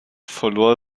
verlor